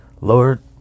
Lord